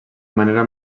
manera